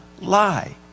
lie